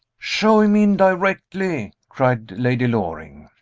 show him in directly! cried lady loring.